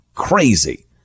Crazy